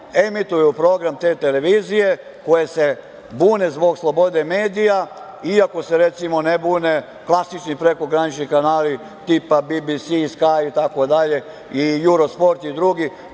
emituju program te televizije koje se bune zbog slobode medija, iako se, recimo, ne bune klasični prekogranični kanali tipa BBS-a, „Skaj“, „Eurosposrt“ i drugi